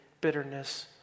bitterness